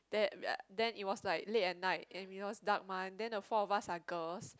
then then it was like late and night and because dark mah then four of us are girls